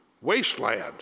wasteland